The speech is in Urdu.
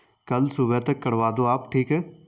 کل صبح تک کروا دو آپ ٹھیک ہے